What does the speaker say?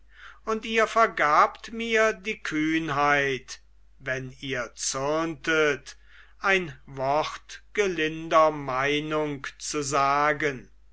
und ihr vergabt mir die kühnheit wenn ihr zürntet ein wort gelinder meinung zu sagen